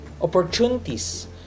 Opportunities